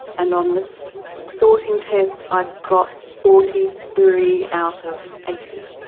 and on the so sorting test i got forty three out of eighty.